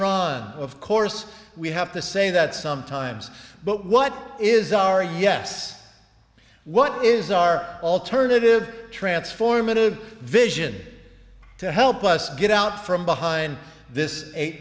iran of course we have to say that sometimes but what is our yes what is our alternative transformative vision to help us get out from behind this eight